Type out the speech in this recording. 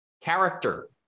character